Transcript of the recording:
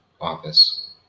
office